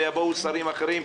ויבואו שרים אחרים,